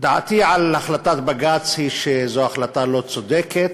דעתי על החלטת בג"ץ היא שזו החלטה לא צודקת.